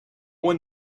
one